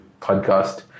podcast